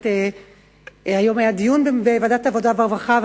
היום היה דיון בוועדת העבודה והרווחה,